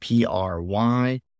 PRY